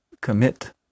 commit